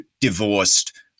divorced